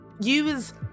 use